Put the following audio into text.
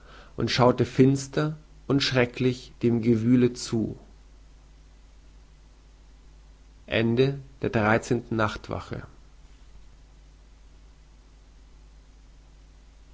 und schaute finster und schrecklich dem gewühle zu vierzehnte nachtwache